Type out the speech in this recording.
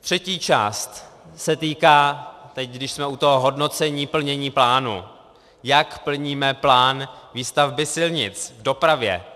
Třetí část se týká, teď když jsme u toho hodnocení, plnění plánu, jak plníme plán výstavby silnic, v dopravě.